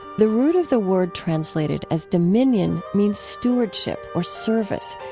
the root of the word translated as dominion means stewardship or service,